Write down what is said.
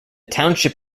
township